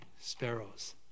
sparrows